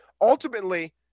Ultimately